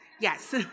yes